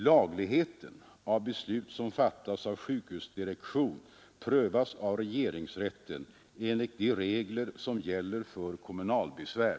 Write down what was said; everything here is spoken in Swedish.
Lagligheten av beslut som fattats av sjukhusdirektion prövas av regeringsrätten enligt de regler som gäller för kommunalbesvär.